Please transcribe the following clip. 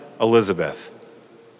Elizabeth